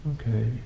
okay